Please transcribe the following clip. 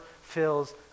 fills